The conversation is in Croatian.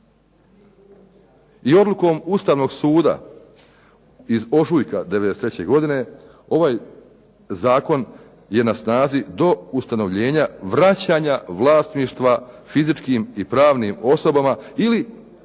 I odlukom Ustavnog suda iz ožujka '93. godine ovaj zakon je na snazi do ustanovljenja vraćanja vlasništva fizičkim i pravnim osobama ili